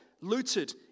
looted